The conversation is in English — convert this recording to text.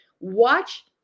watch